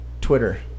Twitter